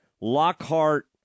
Lockhart